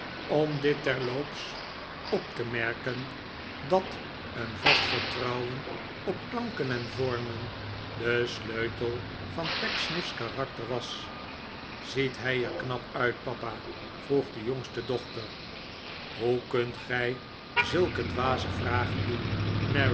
om dit terloops op te merken dat een vast vertrouwen op klanken en vormen de sleutel van pecksniff s karakter was ziet hij er knap uit papa vroeg de jongste dochter t hoe kunt gij zulke dwaze vragen doen